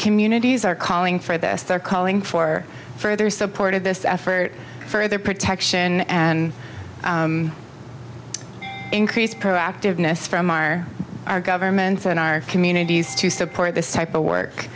communities are calling for this they're calling for further support of this effort for their protection and increased proactiveness from our our governments and our communities to support this type of work